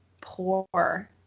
poor